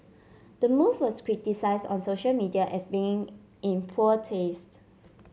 the move was criticised on social media as being in poor taste